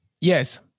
Yes